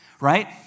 right